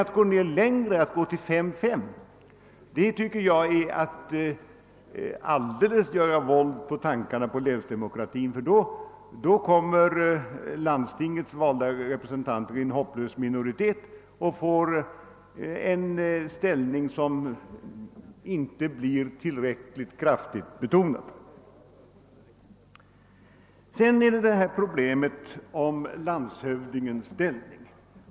Att sträcka sig till 5—5 tycker jag är att fullständigt göra våld på tanken om länsdemokrati, ty då kommer landstingets valda representanter i en hopplös minoritet och får inte en tillräckligt stark ställning. Vidare har vi problemet med landshövdingens ställning.